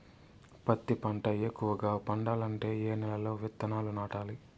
పత్తి పంట ఎక్కువగా పండాలంటే ఏ నెల లో విత్తనాలు నాటాలి?